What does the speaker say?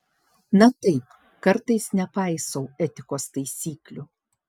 na taip kartais nepaisau etikos taisyklių